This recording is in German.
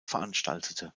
veranstaltete